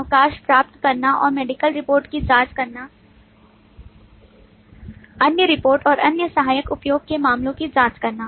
अवकाश प्राप्त करना और मेडिकल रिपोर्ट की जाँच करना अन्य रिपोर्ट और अन्य सहायक उपयोग के मामलों की जाँच करना